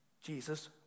Jesus